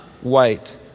white